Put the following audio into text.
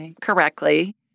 correctly